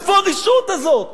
מאיפה הרשעות הזאת?